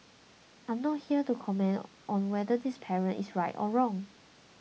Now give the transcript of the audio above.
I am not here to comment on whether this parent is right or wrong